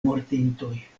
mortintoj